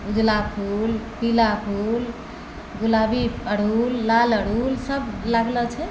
उजला फूल पीला फूल गुलाबी अड़हुल लाल अड़हुल सब लागलऽ छै